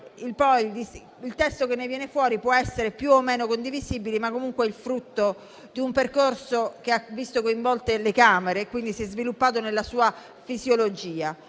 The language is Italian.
il testo che ne origina può essere più o meno condivisibile, ma comunque è il frutto di un percorso che ha visto coinvolte le Camere e quindi si è sviluppato nella sua fisiologia.